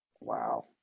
Wow